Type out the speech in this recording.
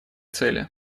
цели